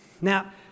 Now